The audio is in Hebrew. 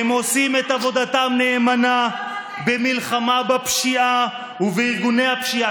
הם עושים את עבודתם נאמנה במלחמה בפשיעה ובארגוני הפשיעה.